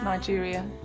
Nigeria